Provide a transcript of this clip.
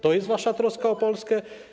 To jest wasza troska o Polskę?